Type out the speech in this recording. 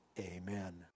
Amen